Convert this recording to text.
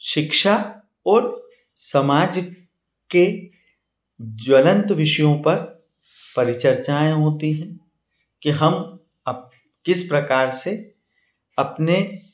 शिक्षा और समाज के ज्वलंत विषयों पर परिचर्चाएँ होती हैं कि हम आप किस प्रकार से अपने